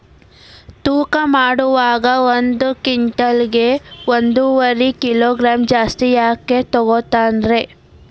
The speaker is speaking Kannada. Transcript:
ತೂಕಮಾಡುವಾಗ ಒಂದು ಕ್ವಿಂಟಾಲ್ ಗೆ ಒಂದುವರಿ ಕಿಲೋಗ್ರಾಂ ಜಾಸ್ತಿ ಯಾಕ ತೂಗ್ತಾನ ರೇ?